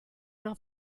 una